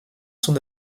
son